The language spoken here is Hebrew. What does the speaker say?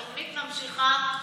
התוכנית נמשכת,